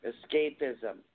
Escapism